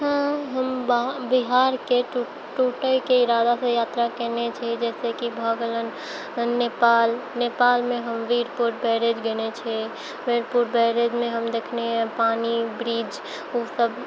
हँ हम बिहारके टूटैके इरादासँ यात्रा केने छी जइसे की भऽ गेल नेपाल नेपालमे हम वीरपुर बैरेज गेने छी वीरपुर बैरेजमे हम देखने छी पानी ब्रिज ओसब